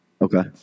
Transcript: okay